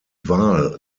wahl